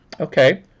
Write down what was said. okay